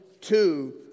two